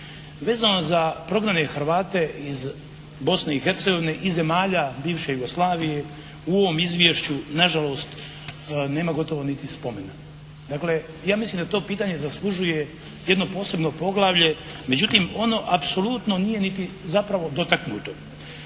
Vezano za prognane Hrvate iz Bosne i Hercegovine i zemalja bivše Jugoslavije u ovom izvješću nažalost nema gotovo niti spomena. Dakle, ja mislim da to pitanje zaslužuje jedno posebno poglavlje, međutim ono apsolutno nije niti zapravo dotaknuto.